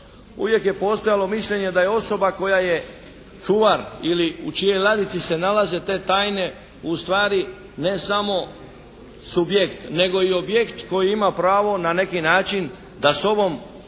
uvijek je postojalo mišljenje da je osoba koja je čuvar ili u čijoj ladici se nalaze te tajne ustvari ne samo subjekt nego i objekt koji ima pravo na neki način da …/Govornik